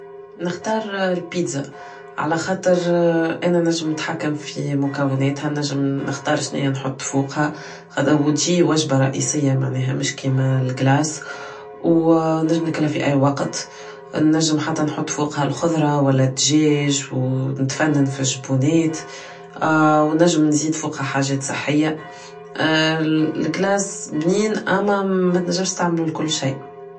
نختار البيتزا على خاطر انا نجم نتحكم في مكوناتها نجم نختار شنية نحط فوقها و تجي وجبة رئيسية معناها مش كيما الڨلاس و نجم ناكلها في اي وقت نجم حتى نحط فوقها الخضرة و لا الجاج ولا نتفنن في الجبونات و نحم نزيد فوقها حاجات صحية الڨلاص بنين اما متنجمش تستعملو ل كل شي